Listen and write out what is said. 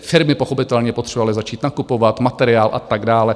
Firmy pochopitelně potřebovaly začít nakupovat materiál a tak dále.